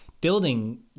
building